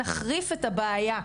נחריף את הבעיה,